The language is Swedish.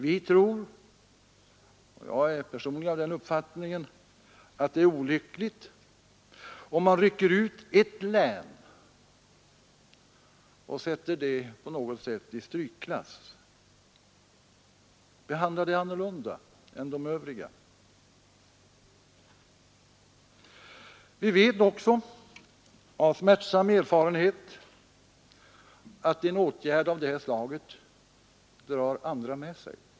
Det är säkert olyckligt — jag är också personligen av den uppfattningen — om man rycker ut ett län och sätter det på något sätt i strykklass, behandlar det annorlunda än de övriga. Vi vet också av smärtsam erfarenhet att en åtgärd av det här slaget drar andra med sig.